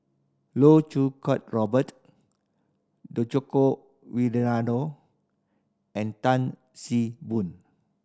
Loh Choo Kiat Robert Djoko Wibisono and Tan See Boon